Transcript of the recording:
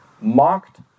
mocked